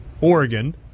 Oregon